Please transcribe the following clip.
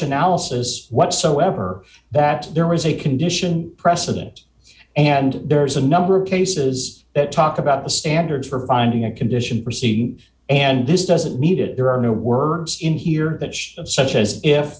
analysis whatsoever that there is a condition precedent and there is a number of cases that talk about the standards for binding a condition proceeding and this doesn't need it there are no words in here that such as if